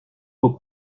faut